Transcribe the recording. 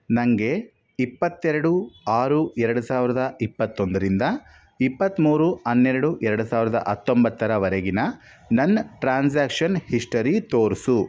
ನನಗೆ ಇಪ್ಪತ್ತೆರಡು ಆರು ಎರಡು ಸಾವಿರದ ಇಪ್ಪತ್ತೊಂದರಿಂದ ಇಪ್ಪತ್ತ್ಮೂರು ಹನ್ನೆರಡು ಎರಡು ಸಾವಿರದ ಹತ್ತೊಂಬತ್ತರವರೆಗಿನ ನನ್ನ ಟ್ರಾನ್ಸಾಕ್ಷನ್ ಹಿಸ್ಟರಿ ತೋರಿಸು